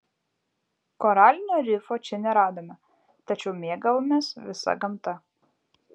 koralinio rifo čia neradome tačiau mėgavomės visa gamta